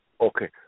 Okay